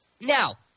Now